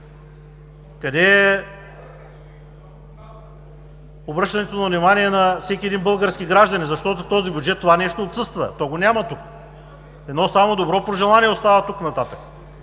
Къде е обръщането на внимание на всеки един български гражданин, защото в този бюджет това нещо отсъства, няма го тук. Само едно добро пожелание остава оттук нататък.